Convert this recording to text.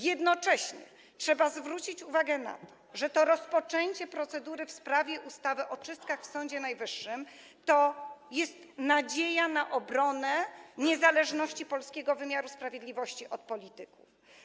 Jednocześnie trzeba zwrócić uwagę na to, że rozpoczęcie procedury w sprawie ustawy o czystkach w Sądzie Najwyższym to jest nadzieja na obronę niezależności polskiego wymiaru sprawiedliwości od polityków.